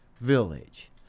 village